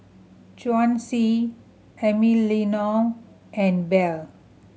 Chauncy Emiliano and Bell